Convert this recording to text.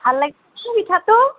ভাল লাগিছে মিঠাটো